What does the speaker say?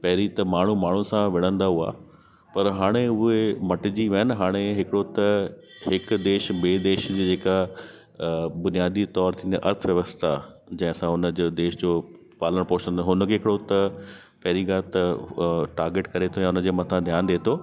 पहिरियों त माण्हू माण्हुनि सां विणंदा हुआ पर हाणे उहे मटिजी विया आहिनि हाणे हिकिड़ो त हिकु देश ॿिए देश जेका बुनियादी तौर थींदी आहिनि अर्थव्यवस्था जंहिं सां उन जो देश जो पालण पोषण त हुन खे हिकिड़ो त पहिरीं ॻाल्हि त टार्गेट करे या त हुन जे मथा ध्यानु ॾिए थो